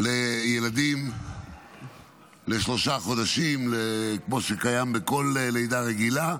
לילדים לשלושה חודשים, כמו שקיים בכל לידה רגילה,